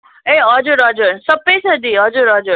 ए हजुर हजुर सबै छ दि हजुर हजुर